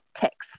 text